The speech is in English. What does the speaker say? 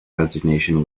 resignation